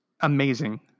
amazing